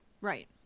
Right